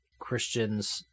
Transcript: Christians